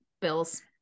bills